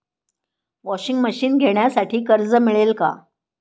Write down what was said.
Washing machine घेण्यासाठी कर्ज मिळेल का?